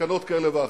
סכנות כאלה ואחרות.